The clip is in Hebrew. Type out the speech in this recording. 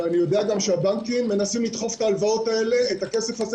ואני יודע גם שהבנקים מנסים לדחוף את הכסף הזה,